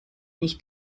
nicht